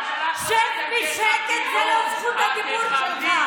שב בשקט, זאת לא זכות הדיבור שלך.